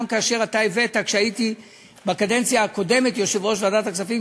גם כאשר הייתי בקדנציה הקודמת יושב-ראש ועדת הכספים,